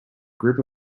group